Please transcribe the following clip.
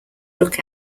look